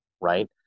right